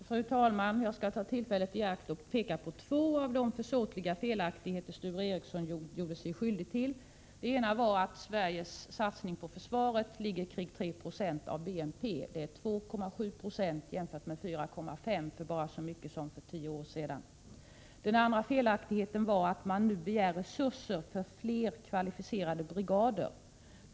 Fru talman! Jag skall ta tillfället i akt att peka på två av de försåtliga felaktigheter som Sture Ericson gjorde sig skyldig till. Den ena gällde att Sveriges satsning på försvaret ligger kring 3 70 av BNP. Det är 2,7 90 jämfört med 4,5 90 för bara tio år sedan. Den andra felaktigheten var att man nu begär resurser för fler kvalificerade brigader.